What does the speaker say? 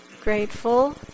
grateful